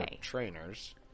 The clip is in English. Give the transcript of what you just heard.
trainers